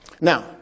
Now